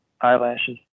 eyelashes